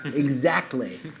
exactly.